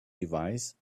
device